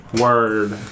Word